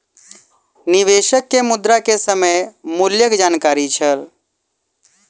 निवेशक के मुद्रा के समय मूल्यक जानकारी छल